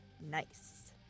Nice